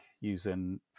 using